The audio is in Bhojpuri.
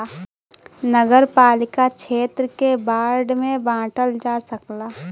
नगरपालिका क्षेत्र के वार्ड में बांटल जा सकला